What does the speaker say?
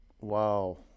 Wow